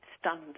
stunned